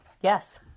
Yes